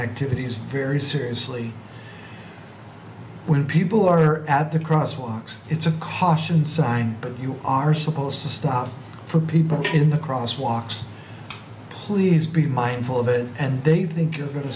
activities very seriously when people are apt to cross walks it's a caution sign that you are supposed to stop for people in the cross walks please be mindful of it and they think you're going to